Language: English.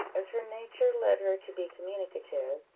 as her nature led her to be communicative,